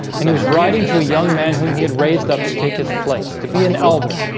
and he was writing to a young man whom he had raised up to take his place to be an elder